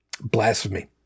Blasphemy